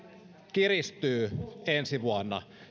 kiristyy ensi vuonna